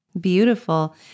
Beautiful